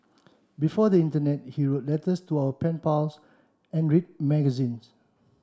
before the internet he wrote letters to our pen pals and read magazines